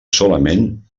solament